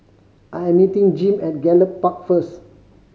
I am meeting Jim at Gallop Park first